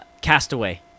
Castaway